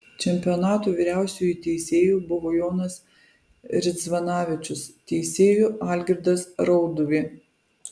čempionato vyriausiuoju teisėju buvo jonas ridzvanavičius teisėju algirdas rauduvė